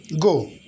Go